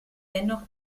dennoch